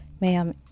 ma'am